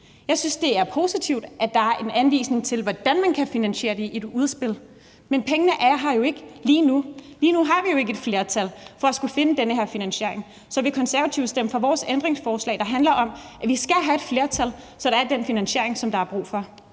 Jeg synes, det er positivt, at der er en anvisning på, hvordan man kan finansiere det i et udspil, men pengene er her jo ikke lige nu. Lige nu har vi jo ikke et flertal for at skulle finde den her finansiering. Så vil Konservative stemme for vores ændringsforslag, der handler om, at vi skal have et flertal, så der er den finansiering, som der er brug for?